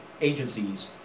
agencies